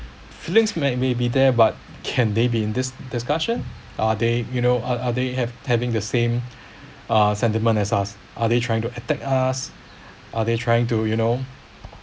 feelings may be there but can they be in this discussion are they you know are they have having the same uh sentiment as us are they trying to attack us are they trying to you know